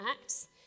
Acts